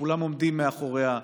שכולם עומדים מאחוריה,